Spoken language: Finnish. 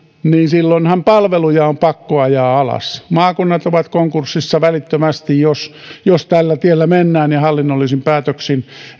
palveluja on pakko ajaa alas maakunnat ovat konkurssissa välittömästi jos jos tällä tiellä mennään ja hallinnollisin päätöksin